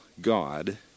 God